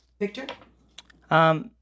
Victor